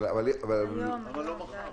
למה לא מחר?